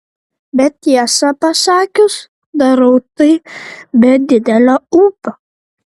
bet tiesą pasakius darau tai be didelio ūpo